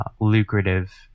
lucrative